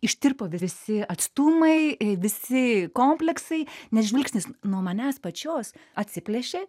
ištirpo visi atstumai visi kompleksai nes žvilgsnis nuo manęs pačios atsiplėšė